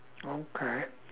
okay